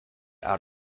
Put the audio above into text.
out